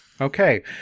Okay